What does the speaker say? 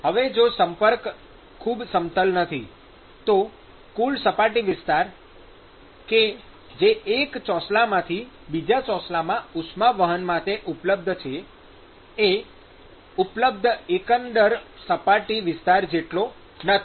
હવે જો સંપર્ક ખૂબ સમતલ નથી તો કુલ સપાટી વિસ્તાર કે જે એક ચોસલામાંથી બીજા ચોસલામાં ઉષ્મા વહન માટે ઉપલબ્ધ છે એ ઉપલબ્ધ એકંદર સપાટી વિસ્તાર જેટલો નથી